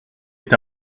est